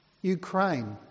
Ukraine